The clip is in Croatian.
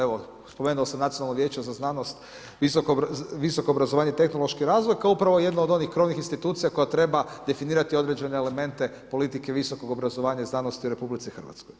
Evo spomenuo sam Nacionalno vijeće za znanost, visoko obrazovanja i tehnološki razvoj kao upravo jedno od onih krovnih institucija koje treba definirati određene elemente politike visokog obrazovanja i znanosti u RH.